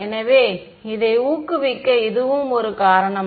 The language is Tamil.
எனவே அதை ஊக்குவிக்க இதுவும் ஒரு காரணம்